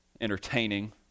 entertaining